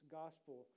gospel